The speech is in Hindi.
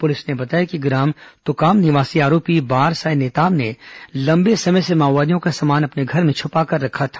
पुलिस ने बताया कि ग्राम तुकाम निवासी आरोपी बारसाय नेताम ने लंबे समय से माओवादियों का सामान अपने घर में छुपाकर रखा था